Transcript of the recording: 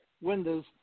windows